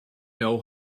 know